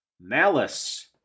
Malice